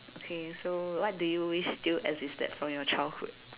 okay so what do you wish still existed from your childhood